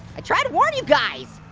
i tried to warn you guys.